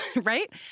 Right